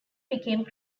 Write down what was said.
became